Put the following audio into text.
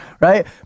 right